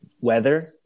weather